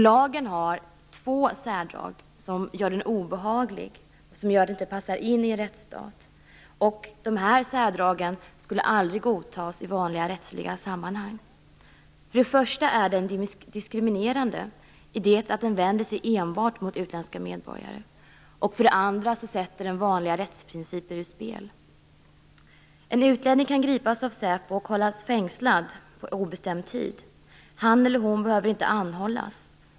Lagen har två särdrag som gör den obehaglig och som gör att den inte passar in i en rättsstat. Dessa särdrag skulle aldrig godtas i vanliga rättsliga sammanhang. För det första är den diskriminerande i det att den enbart vänder sig mot utländska medborgare. För det andra sätter den vanliga rättsprinciper ur spel. En utlänning kan gripas av säpo och hållas fängslad på obestämd tid. Han eller hon behöver inte anhållas.